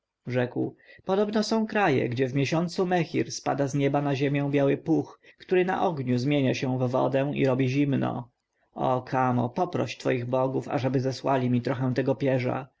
podobno są kraje gdzie w miesiącu mechir spada z nieba na ziemię biały puch który na ogniu zmienia się w wodę i robi zimno o kamo poproś twoich bogów ażeby zesłali mi trochę tego pierza